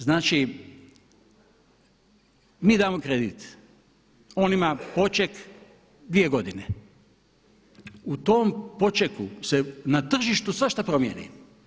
Znači mi damo kredit, on ima poček 2 godine, u tom počeku se na tržištu svašta promijeni.